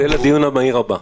--- זה לדיון המהיר הבא.